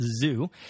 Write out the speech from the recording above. zoo